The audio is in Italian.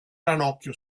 ranocchio